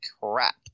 crap